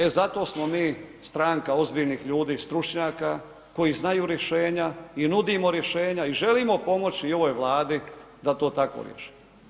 E zato smo mi stranka ozbiljnih ljudi i stručnjaka koji znaju rješenja i nudimo rješenja i želimo pomoći i ovoj Vladi da to tako riješe.